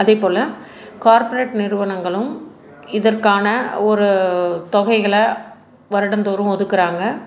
அதேபோல் கார்ப்பரேட் நிறுவனங்களும் இதற்கான ஒரு தொகைகளை வருடந்தோறும் ஒதுக்குகிறாங்க